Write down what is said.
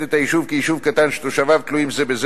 את היישוב כיישוב קטן שתושביו תלויים זה בזה,